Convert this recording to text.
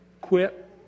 quit